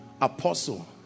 Apostle